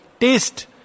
Taste